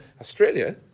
Australia